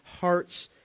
hearts